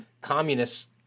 communists